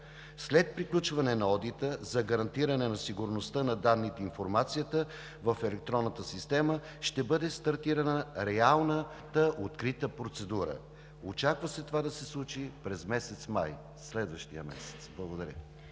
След приключване на одита за гарантиране на сигурността на данните и информацията в електронната система ще бъде стартирана реалната открита процедура. Очаква се това да се случи през месец май, следващия месец. Благодаря.